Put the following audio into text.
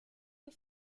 les